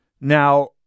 Now